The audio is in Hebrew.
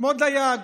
כמו דייג